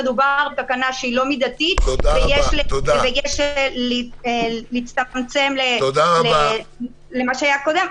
מדובר בתקנה שהיא לא מידתית ויש להצטמצם למה שהיה קודם.